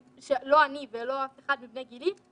לא אני ולא אף אחד מבני גילי,